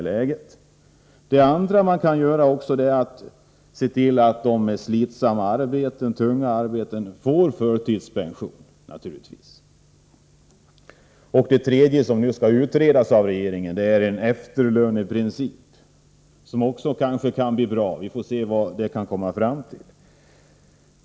En annan såk som man kan göra är att se till att de människor som arbetar med slitsamma och tunga arbetsuppgifter får förtidspension. Den tredje möjligheten, som nu skall utredas av regeringen, är en efterlöneprincip. Den kan kanske också bli bra — vi får se vad utredningen kan komma fram till.